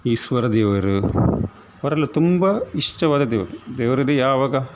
ಈಶ್ವರ ದೇವರು ಅವರೆಲ್ಲ ತುಂಬ ಇಷ್ಟವಾದ ದೇವರು ದೇವರಲ್ಲಿ ಯಾವಾಗ